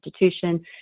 institution